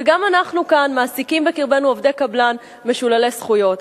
וגם אנחנו כאן מעסיקים בקרבנו עובדי קבלן משוללי זכויות.